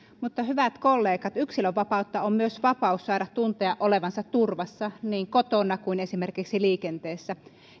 mutta hyvät kollegat yksilönvapautta on myös vapaus saada tuntea olevansa turvassa niin kotona kuin esimerkiksi liikenteessä